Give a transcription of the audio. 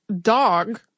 dog